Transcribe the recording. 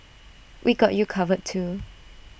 we got you covered too